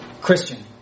Christian